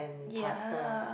ya